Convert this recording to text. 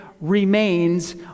remains